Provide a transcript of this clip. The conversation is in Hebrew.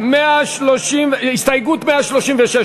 קבוצת סיעת יהדות התורה,